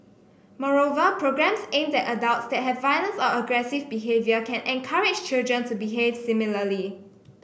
moreover programmes aimed at adults that have violence or aggressive behaviour can encourage children to behave similarly